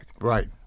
Right